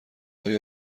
آیا